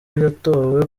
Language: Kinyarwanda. yatowe